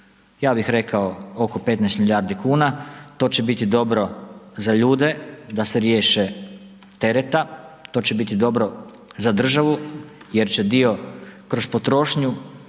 ja bih rekao oko 15 milijardi kuna. To će biti dobro za ljude da se riješe tereta, to će biti dobro za državu jer će dio kroz potrošnju